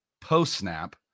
post-snap